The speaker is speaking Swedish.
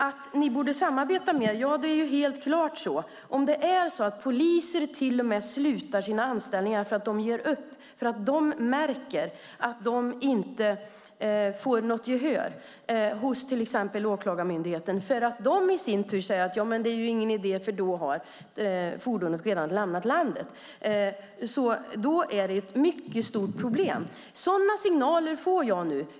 Att ni borde samarbeta mer är helt klart. Det är ett mycket stort problem om poliser till och med slutar sina anställningar därför att de ger upp när de märker att de inte får något gehör hos till exempel Åklagarmyndigheten, som säger att det inte är någon idé då ett fordon redan har lämnat landet. Sådana signaler får jag nu.